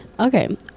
Okay